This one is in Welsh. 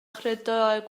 chredoau